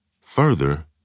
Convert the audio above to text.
Further